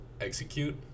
Execute